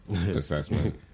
assessment